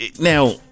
Now